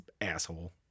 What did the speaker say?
asshole